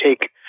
Take